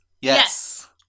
yes